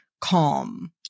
calm